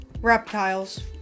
reptiles